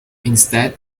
instead